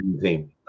team